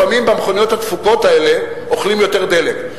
לפעמים המכוניות הדפוקות האלה אוכלות יותר דלק.